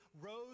rose